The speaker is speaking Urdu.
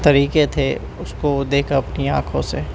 طریقے تھے اس کو دیکھا اپنی آنکھوں سے